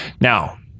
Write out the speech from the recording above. Now